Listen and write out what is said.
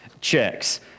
checks